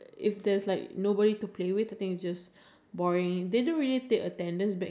oh ya back in the day when I were in badminton I did apply for badminton I don't really have